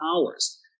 hours